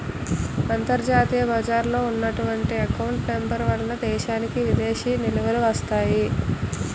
అంతర్జాతీయ బజారులో ఉన్నటువంటి ఎకౌంట్ నెంబర్ వలన దేశానికి విదేశీ నిలువలు వస్తాయి